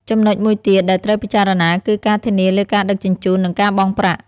ចំណុចមួយទៀតដែលត្រូវពិចារណាគឺការធានាលើការដឹកជញ្ជូននិងការបង់ប្រាក់។